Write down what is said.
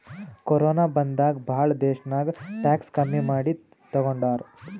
corona ಬಂದಾಗ್ ಭಾಳ ದೇಶ್ನಾಗ್ ಟ್ಯಾಕ್ಸ್ ಕಮ್ಮಿ ಮಾಡಿ ತಗೊಂಡಾರ್